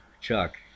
Chuck